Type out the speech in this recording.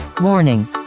Warning